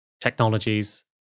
technologies